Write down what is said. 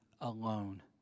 alone